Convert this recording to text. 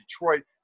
Detroit